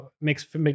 makes